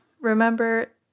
Remember